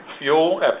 fuel